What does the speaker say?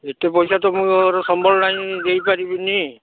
ଏତେ ପଇସା ତ ମୋର ସମ୍ବଳ ନାହିଁ ଦେଇପାରିବିନି